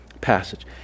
passage